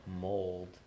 mold